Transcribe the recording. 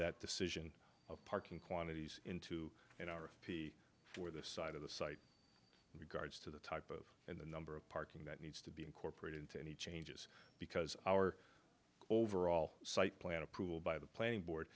that decision parking quantities into an r f p for the side of the site regards to the type of and the number of parking that need be incorporated into any changes because our overall site plan approval by the playing board